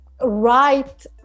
right